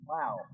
Wow